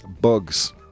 bugs